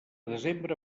desembre